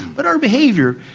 but our behaviour,